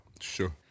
Sure